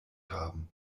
haben